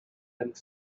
and